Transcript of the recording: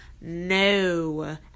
no